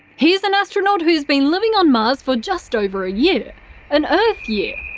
he's an astronaut who's been living on mars for just over a year an earth year.